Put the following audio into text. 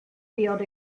field